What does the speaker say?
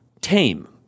Tame